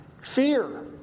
Fear